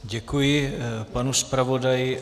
Děkuji panu zpravodaji.